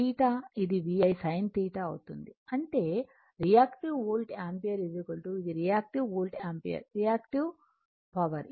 θ ఇది VI sin θ అవుతుంది అంటే రియాక్టివ్ వోల్ట్ యాంపియర్ ఇది reactive volt ampere reactive power